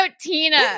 Tina